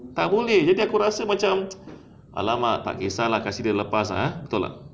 tak boleh jadi aku rasa macam !alamak! tak kisah lah kasih dia lepas ah betul tak